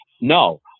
No